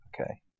Okay